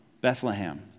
Bethlehem